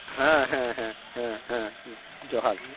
ᱡᱚᱦᱟᱨ ᱜᱤ